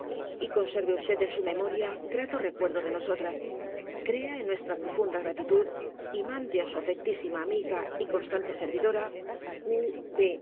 y conserve usted en su memoria grato recuerdo de nosotras crea en nuestra profunda gratitud y mande á su afectísima amiga y constante servidora q